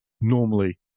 normally